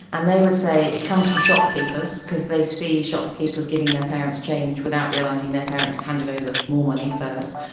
and they would say it comes from shopkeepers, because they see shopkeepers giving their parents change without realising their parents handed over more money first.